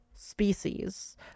species